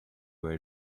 where